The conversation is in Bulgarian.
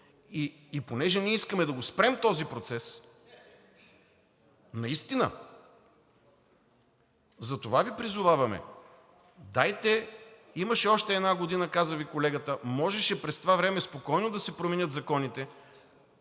И понеже ние искаме да го спрем този процес наистина, затова Ви призоваваме: дайте. Имаше още една година – каза Ви колегата, можеше през това време спокойно да се променят законите,